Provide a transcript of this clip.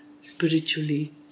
spiritually